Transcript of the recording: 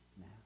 now